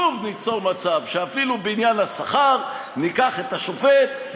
שוב ניצור מצב שאפילו בעניין השכר ניקח את השופט,